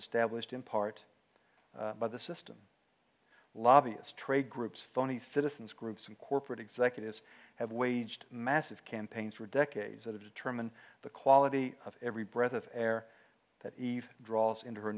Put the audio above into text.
established in part by the system lobbyist trade groups phony citizens groups and corporate executives have waged massive campaigns for decades that are determine the quality of every breath of air that even draws into her